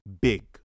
big